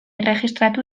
erregistratu